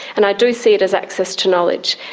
and i do see it as access to knowledge.